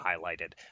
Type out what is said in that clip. highlighted